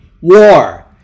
War